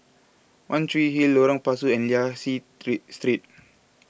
one Tree Hill Lorong Pasu and Liang Seah Street